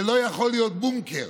זה לא יכול להיות בונקר.